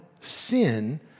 sin